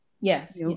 Yes